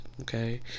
okay